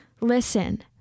listen